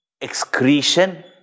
excretion